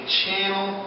channel